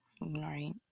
Right